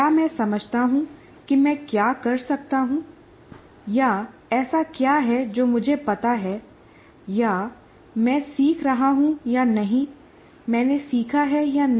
क्या मैं समझता हूं कि मैं क्या कर सकता हूं या ऐसा क्या है जो मुझे पता है या मैं सीख रहा हूं या नहीं मैंने सीखा है या नहीं